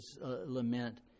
lament